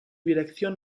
dirección